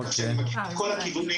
כך שאני מכיר את כל הכיוונים,